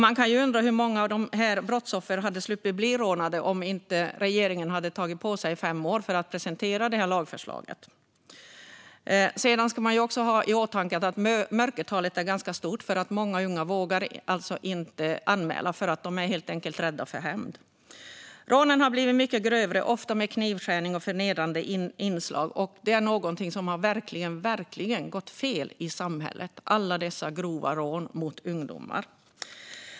Man kan ju undra hur många av dessa brottsoffer som hade sluppit bli rånade om regeringen inte hade tagit fem år på sig att presentera detta lagförslag. Man ska också ha i åtanke att mörkertalet är ganska stort. Många unga vågar inte anmäla, för de är helt enkelt rädda för hämnd. Rånen har blivit mycket grövre, ofta med knivskärning och förnedrande inslag. Något har verkligen gått riktigt fel i samhället med alla dessa grova rån mot ungdomar.